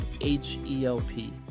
H-E-L-P